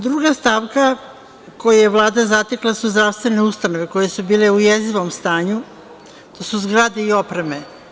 Druga stavka koju je Vlada zatekla su zdravstvene ustanove koje su bile u jezivom stanju, to su zgrade i opreme.